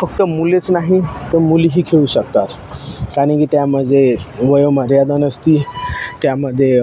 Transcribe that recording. फक्त मुलेच नाही ते मुलीही खेळू शकतात कारण की त्यामध्ये वयोमर्यादा नसते त्यामध्ये